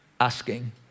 asking